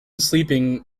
sleeping